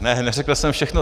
Ne, neřekl jsem všechno.